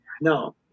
No